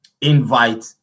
invite